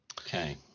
okay